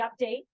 update